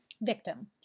victim